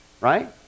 Right